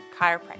Chiropractic